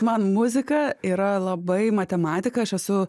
man muzika yra labai matematika aš esu